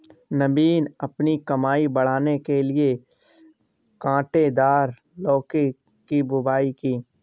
नवीन अपनी कमाई बढ़ाने के लिए कांटेदार लौकी की बुवाई की